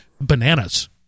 bananas